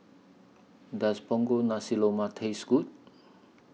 Does Punggol Nasi Lemak Taste Good